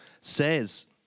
says